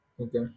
Okay